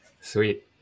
Sweet